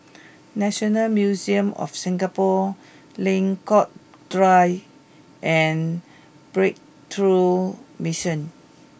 National Museum of Singapore Lengkong Dua and Breakthrough Mission